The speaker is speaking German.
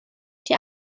die